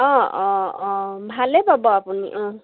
অঁ অঁ অঁ ভালেই পাব আপুনি অঁ